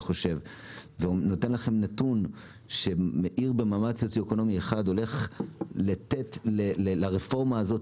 ונותן נתון שעיר במעמד סוציואקונומי 1 הולכת לתת לרפורמה הזאת,